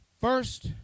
First